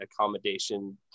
accommodation